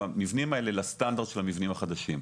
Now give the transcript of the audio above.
המבנים האלה לסטנדרט של המבנים החדשים.